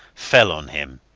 fell on him.